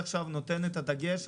תחזוקה,